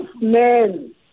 men